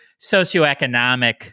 socioeconomic